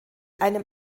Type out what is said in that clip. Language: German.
einem